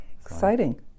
exciting